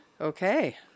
Okay